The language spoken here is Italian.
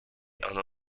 hanno